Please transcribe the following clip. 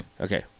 Okay